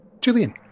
Julian